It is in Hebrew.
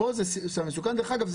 דרך אגב,